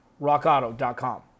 RockAuto.com